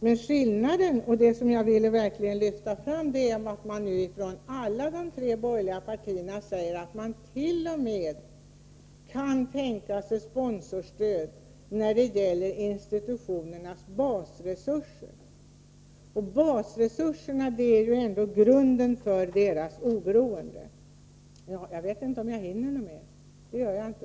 Men skillnaden — och det som jag verkligen vill lyfta fram — är att alla de tre borgerliga partierna säger att de t.o.m. kan tänka sig sponsorstöd när det gäller institutionernas basresurser. Men basresurserna är ju ändå grunden för institutionernas oberoende.